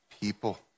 people